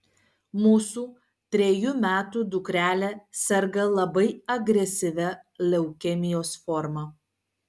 mūsų trejų metų dukrelė serga labai agresyvia leukemijos forma